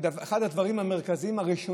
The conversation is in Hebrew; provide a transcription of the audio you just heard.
כאחד הדברים הראשונים.